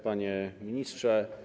Panie Ministrze!